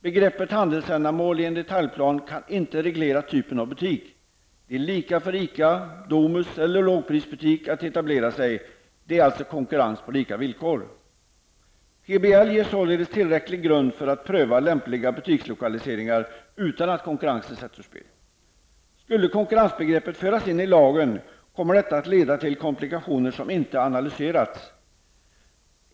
Begreppet handelsändamål i en detaljplan kan inte reglera typen av butik. Det är lika för ICA, Domus eller lågprisbutik att etablera sig. Det är alltså konkurrens på lika villkor. PBL ger således tillräcklig grund för att pröva lämpliga butikslokaliseringar, utan att konkurrensen sätts ur spel. Skulle konkurrensbegreppet föras in i lagen, skulle detta leda till komplikationer som inte har analyserats.